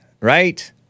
right